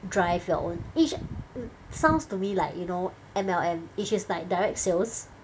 drive your own which sounds to me like you know M_L_M which is like direct sales